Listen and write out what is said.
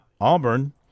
Auburn